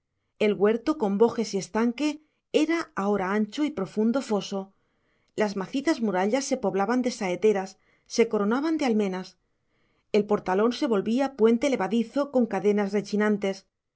el huerto con bojes y estanque era ahora ancho y profundo foso las macizas murallas se poblaban de saeteras se coronaban de almenas el portalón se volvía puente levadizo con cadenas rechinantes